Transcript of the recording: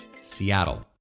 Seattle